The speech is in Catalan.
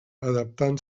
adaptant